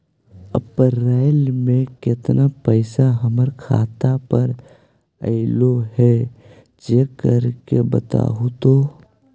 अप्रैल में केतना पैसा हमर खाता पर अएलो है चेक कर के बताहू तो?